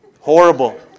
Horrible